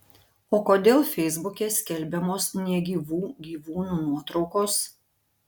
o kodėl feisbuke skelbiamos negyvų gyvūnų nuotraukos